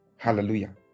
Hallelujah